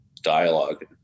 dialogue